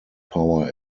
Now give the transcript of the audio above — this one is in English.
power